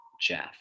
Jeff